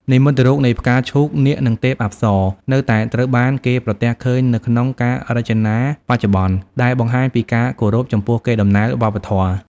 និមិត្តរូបនៃផ្កាឈូក នាគ និងទេពអប្សរនៅតែត្រូវបានគេប្រទះឃើញនៅក្នុងការរចនាបច្ចុប្បន្ន ដែលបង្ហាញពីការគោរពចំពោះកេរដំណែលវប្បធម៌។